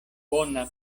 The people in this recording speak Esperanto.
bona